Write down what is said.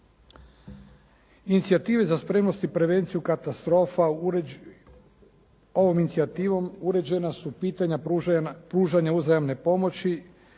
Inicijative za spremnost i prevenciju katastrofa ovom inicijativom uređena su pitanja pružanja uzajamne pomoći